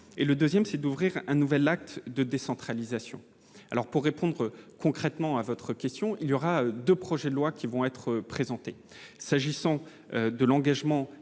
; le second, c'est d'ouvrir un nouvel acte de décentralisation. Pour répondre concrètement à votre question, deux projets de loi seront présentés. S'agissant de l'engagement